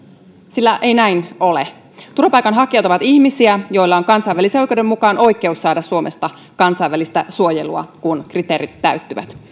sillä ei näin ole turvapaikanhakijat ovat ihmisiä joilla on kansainvälisen oikeuden mukaan oikeus saada suomesta kansainvälistä suojelua kun kriteerit täyttyvät